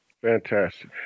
Fantastic